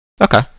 Okay